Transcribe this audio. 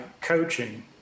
coaching